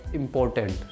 important